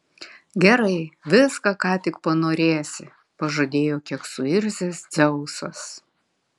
gerai viską ką tik panorėsi pažadėjo kiek suirzęs dzeusas